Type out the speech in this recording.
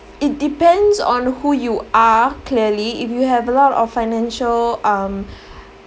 it depends on who you are clearly if you have a lot of financial um